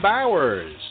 Bowers